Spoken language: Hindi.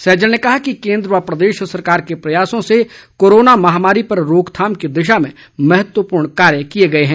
सैजल ने कहा कि केंद्र व प्रदेश सरकार के प्रयासों से कोरोना महामारी पर रोकथाम की दिशा में महत्वपूर्ण कार्य किए गए हैं